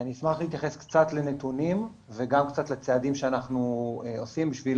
אשמח להתייחס קצת לנתונים וגם קצת לצעדים שאנחנו עושים כדי